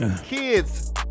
kids